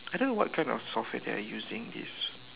I don't know what kind of software they are using this